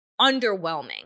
underwhelming